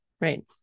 right